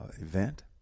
event